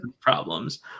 problems